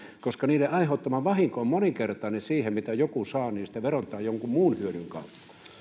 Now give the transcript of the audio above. koska niiden aiheuttama vahinko on moninkertainen siihen mitä joku saa niistä vero tai jonkun muun hyödyn kautta